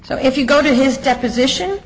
so if you go to his deposition